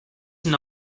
una